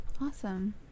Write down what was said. awesome